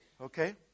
Okay